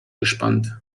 gespannt